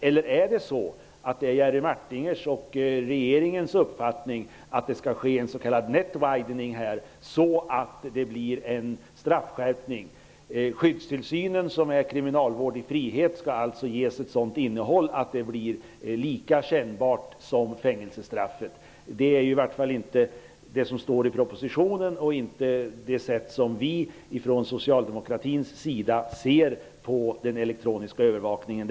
Eller är det Jerry Martingers och regeringens uppfattning att det skall ske en ''net widening'' här, så att det blir en straffskärpning? Skyddstillsynen, som är kriminalvård i frihet, skall alltså ges ett sådant innehåll att den blir lika kännbar som fängelsestraffet. Men det är i varje fall inte det som står i propositionen, och det är heller inte så vi socialdemokrater ser på den elektroniska övervakningen.